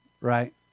Right